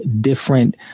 different